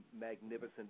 magnificent